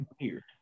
Weird